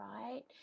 right